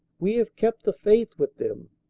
we have kept the faith with them.